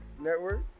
network